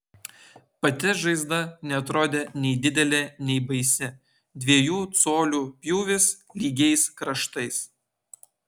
pati žaizda neatrodė nei didelė nei baisi dviejų colių pjūvis lygiais kraštais